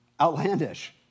Outlandish